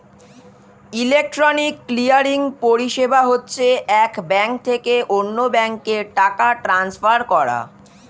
electronic clearing পরিষেবা হচ্ছে এক ব্যাঙ্ক থেকে অন্য ব্যাঙ্কে টাকা ট্রান্সফার করা